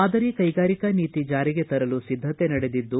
ಮಾದರಿ ಕೈಗಾರಿಕಾ ನೀತಿ ಜಾರಿಗೆ ತರಲು ಸಿದ್ದತೆ ನಡೆದಿದ್ದು